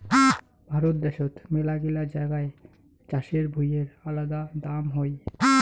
ভারত দ্যাশোত মেলাগিলা জাগায় চাষের ভুঁইয়ের আলাদা দাম হই